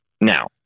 now